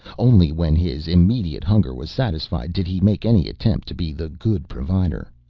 only when his immediate hunger was satisfied did he make any attempt to be the good provider.